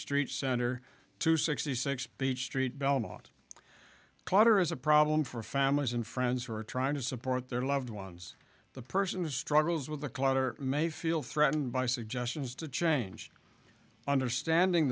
street center two sixty six beach street belmont clowder is a problem for families and friends who are trying to support their loved ones the person the struggles with the clutter may feel threatened by suggestions to change understanding